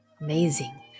Amazing